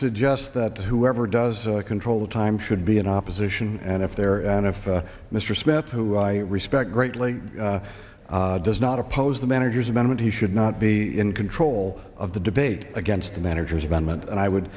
suggest that whoever does control the time should be in opposition and if there and if mr smith who i respect greatly does not oppose the manager's amendment he should not be in control of the debate against the manager's amendment and i would